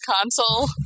console